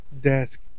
desk